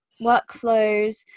workflows